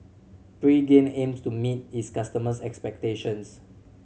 Pregain aims to meet its customers' expectations